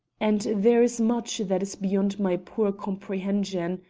and there is much that is beyond my poor comprehension,